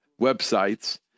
websites